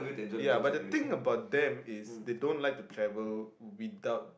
ya but the thing about them is they don't like to travel without